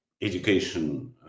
education